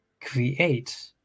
create